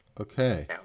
Okay